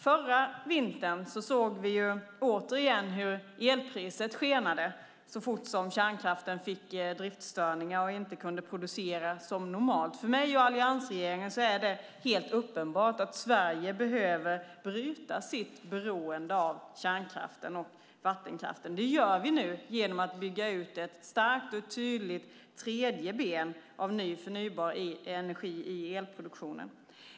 Förra vintern såg vi återigen hur elpriset skenade så fort kärnkraften fick driftstörningar och inte kunde producera som normalt. För mig och alliansregeringen är det helt uppenbart att Sverige behöver bryta sitt beroende av kärnkraften och vattenkraften. Det gör vi nu genom att bygga ut ett starkt och tydligt tredje ben av förnybar energi i elproduktionen.